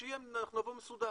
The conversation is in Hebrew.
די, עזוב.